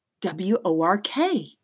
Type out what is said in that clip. W-O-R-K